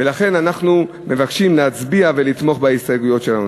ולכן אנחנו מבקשים להצביע ולתמוך בהסתייגויות שלנו.